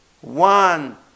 one